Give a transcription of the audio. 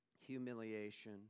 humiliation